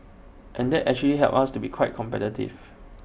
and that's actually helped us to be quite competitive